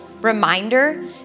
reminder